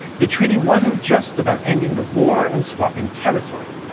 the treaty wasn't just about ending the war and swapping territory,